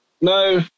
No